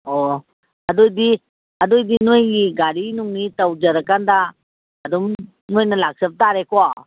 ꯑꯣ ꯑꯗꯨꯗꯤ ꯑꯗꯨꯗꯨ ꯅꯣꯏꯒꯤ ꯒꯥꯔꯤ ꯅꯨꯡꯂꯤ ꯌꯧꯖꯔꯀꯥꯟꯗ ꯑꯗꯨꯝ ꯅꯣꯏꯅ ꯂꯥꯛꯆꯕ ꯇꯥꯔꯦꯀꯣ